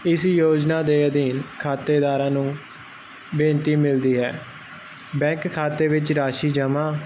ਇਸ ਯੋਜਨਾ ਦੇ ਅਧੀਨ ਖਾਤੇਦਾਰਾਂ ਨੂੰ ਬੇਨਤੀ ਮਿਲਦੀ ਹੈ ਬੈਂਕ ਖਾਤੇ ਵਿੱਚ ਰਾਸ਼ੀ ਜਮ੍ਹਾਂ